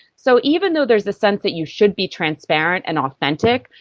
so even though there is a sense that you should be transparent and authentic,